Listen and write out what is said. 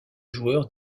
joueurs